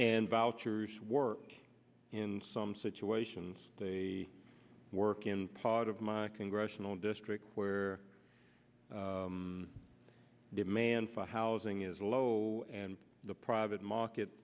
and vouchers work in some situations they work in part of my congressional district where the demand for housing is low and the private market